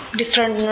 different